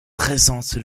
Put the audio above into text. présente